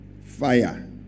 fire